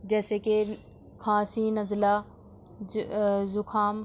جیسے کہ کھانسی نزلہ جو زکام